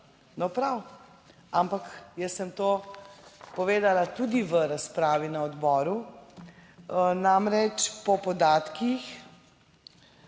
No prav, ampak jaz sem to povedala tudi v razpravi na odboru. Namreč po podatkih,